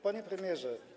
Panie Premierze!